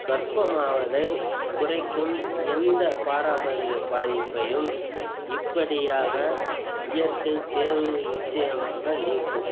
கர்ப்பமாவதைக் குறைக்கும் எந்த பாரம்பரிய பாதிப்பையும் இப்படியாக இயற்கைத் தேர்வு நிச்சயமாக நீக்கும்